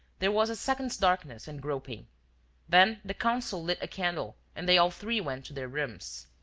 there was a second's darkness and groping then the consul lit a candle and they all three went to their rooms.